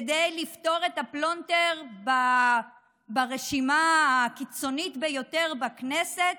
כדי לפתור את הפלונטר ברשימה הקיצונית ביותר בכנסת,